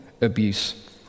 abuse